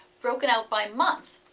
broken out by month,